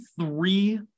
three